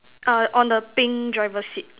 err on the pink driver seat